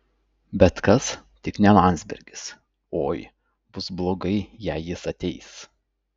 bet kas tik ne landsbergis oi bus blogai jei jis ateis